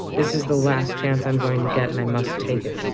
this is the last chance i'm going to get, and i must take it.